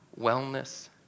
wellness